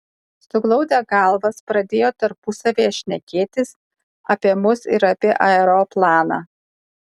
suglaudę galvas pradėjo tarpusavyje šnekėtis apie mus ir apie aeroplaną